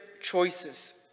choices